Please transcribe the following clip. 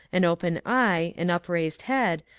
an open eye, an upraised head,